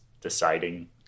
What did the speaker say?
deciding